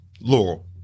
laurel